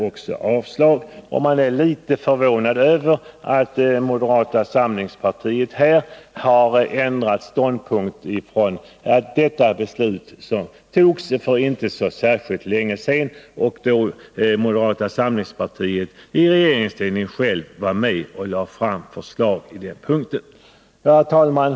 Jag är litet förvånad över att moderata samlingspartiet här har ändrat ståndpunkt efter det att beslutet fattades för inte så länge sedan och då moderata samlingspartiet självt i regeringsställning har varit med om att lägga fram förslaget. Herr talman!